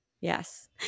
Yes